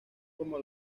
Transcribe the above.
como